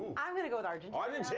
i'm gonna go with argentinian.